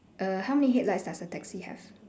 err how many headlights does the taxi have